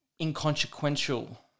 inconsequential